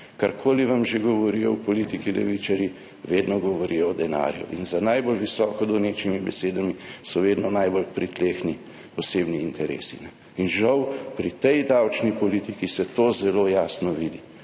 karkoli vam že govorijo o politiki levičarji, vedno govorijo o denarju in za najbolj visoko donečimi besedami so vedno najbolj pritlehni osebni interesi. In, žal, pri tej davčni politiki se to zelo jasno vidi